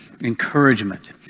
encouragement